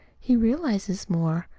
he realizes more.